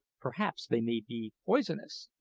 perhaps they may be poisonous!